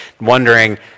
wondering